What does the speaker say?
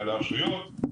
לרשויות,